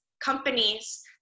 companies